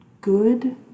good